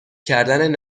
کردن